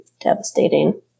devastating